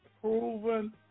proven